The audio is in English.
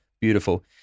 Beautiful